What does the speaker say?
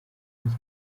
unity